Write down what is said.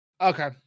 Okay